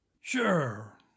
Sure